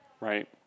right